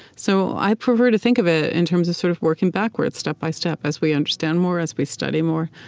so i prefer to think of it in terms of sort of working backwards, step by step. as we understand more, as we study more,